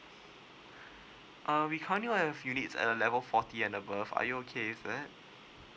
uh we currently only have unit at level forty and above are you okay with that